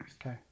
Okay